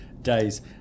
days